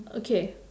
okay